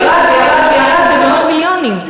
ירד וירד וירד במאות מיליונים.